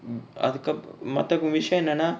mm athukap~ மத்த:matha co~ விசயோ என்னனா:visayo ennana